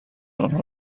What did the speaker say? آنها